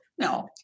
No